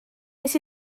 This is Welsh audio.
wnes